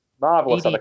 Marvelous